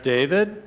David